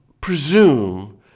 presume